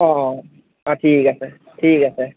অঁ অঁ ঠিক আছে ঠিক আছে